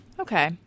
Okay